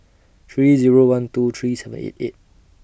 three Zero twelve three seven eight eight